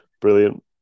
Brilliant